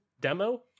demo